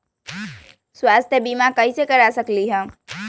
स्वाथ्य बीमा कैसे करा सकीले है?